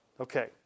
Okay